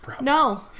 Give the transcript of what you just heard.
No